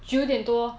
九点多